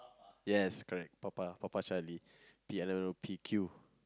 yes correct papa papa Charlie P N N O P Q